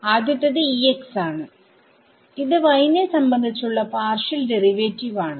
ആദ്യത്തേത് Ex ആണ്ഇത് y നെ സംബന്ധിചുള്ള പാർഷിയൽ ഡെറിവേറ്റീവ്ആണ്